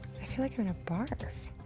i feel like i'm gonna barf.